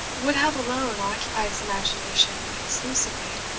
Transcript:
would have alone occupied his imagination exclusively.